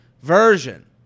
version